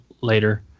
later